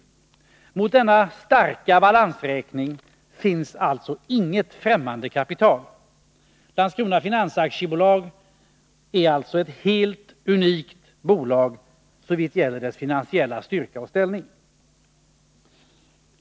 Mot denna starka balansräkning finns inget främmande kapital. Landskrona Finans AB är alltså ett helt unikt bolag, såvitt gäller dess finansiella styrka och ställning.